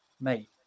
mate